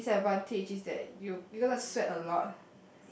the disadvantage is that you you going to sweat a lot